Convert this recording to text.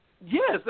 Yes